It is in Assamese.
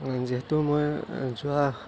যিহেতু মই যোৱা